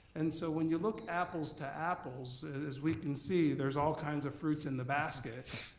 and so when you look apples to apples, as we can see, there's all kinds of fruits in the basket,